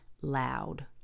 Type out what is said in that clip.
loud